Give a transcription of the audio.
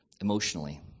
emotionally